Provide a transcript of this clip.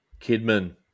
Kidman